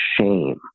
shame